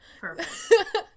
Perfect